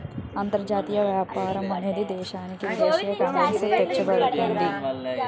అంతర్జాతీయ వ్యాపారం అనేది దేశానికి విదేశీ కరెన్సీ ని తెచ్చిపెడుతుంది